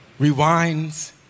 rewinds